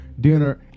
dinner